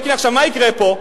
מה יקרה פה?